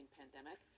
pandemic